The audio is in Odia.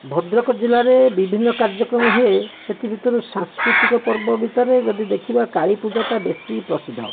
ଭଦ୍ରକ ଜିଲ୍ଲାରେ ବିଭିନ୍ନ କାର୍ଯ୍ୟକ୍ରମ ହୁଏ ସେଥିଭିତରୁ ସାଂସ୍କୃତିକ ପର୍ବ ଭିତରେ ଯଦି ଦେଖିବା କାଳୀପୂଜାଟା ବେଶି ପ୍ରସିଦ୍ଧ